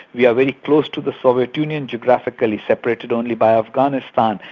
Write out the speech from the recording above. we are very close to the soviet union geographically separated only by afghanistan.